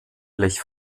blech